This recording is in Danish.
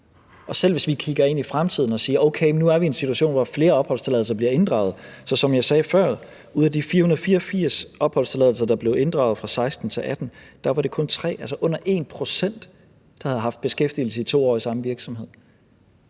os sige, at vi kigger ind i fremtiden og siger, okay, nu er vi i en situation, hvor flere opholdstilladelser bliver inddraget: Ud af de 484 opholdstilladelser, der blev inddraget for 2016-2018, var det – som jeg sagde før – kun tre, altså under 1 pct., der havde haft beskæftigelse 2 år i samme virksomhed.